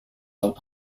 laut